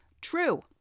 True